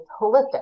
holistic